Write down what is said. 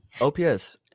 OPS